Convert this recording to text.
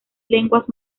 lenguas